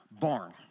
barn